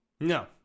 No